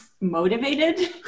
motivated